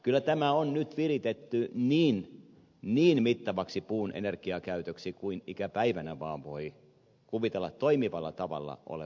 kyllä tämä on nyt viritetty niin mittavaksi puun energiakäytöksi kuin ikäpäivänä vaan voi kuvitella toimivalla tavalla olevan mahdollista